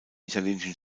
italienischen